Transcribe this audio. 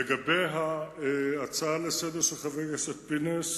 לגבי ההצעה לסדר-היום של חבר הכנסת פינס,